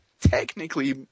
technically